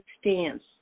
stance